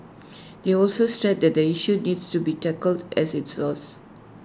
they also stressed that the issue needs to be tackled at its source